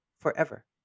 forever